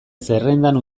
zerrendan